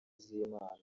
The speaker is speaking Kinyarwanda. z’imana